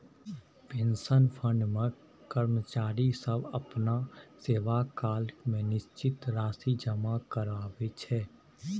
pension fund मे कर्मचारी सब अपना सेवाकाल मे निश्चित राशि जमा कराबै छै